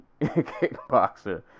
kickboxer